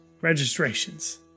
Registrations